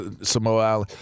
Samoa